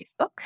Facebook